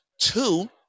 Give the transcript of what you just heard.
Two